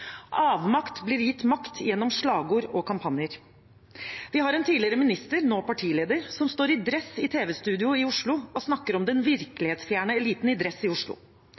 Avmakt blir gitt makt gjennom slagord og kampanjer. Vi har en tidligere minister, nå partileder, som står i dress i tv-studio i Oslo og snakker om den virkelighetsfjerne eliten i dress i Oslo.